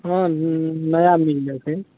हँ नया मिल जेतय